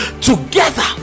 Together